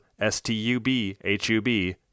S-T-U-B-H-U-B